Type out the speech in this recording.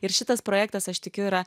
ir šitas projektas aš tikiu yra